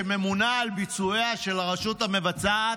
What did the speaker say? שממונה על ביצועיה של הרשות המבצעת,